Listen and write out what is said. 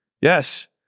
Yes